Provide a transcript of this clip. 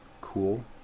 cool